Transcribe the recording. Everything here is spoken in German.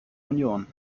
union